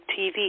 TV